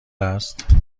است